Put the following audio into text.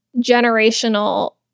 generational